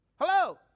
Hello